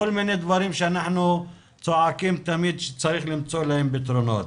כל מיני דברים שאנחנו צועקים תמיד שצריך למצוא להם פתרונות.